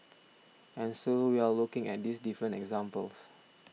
and so we are looking at these different examples